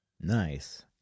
Nice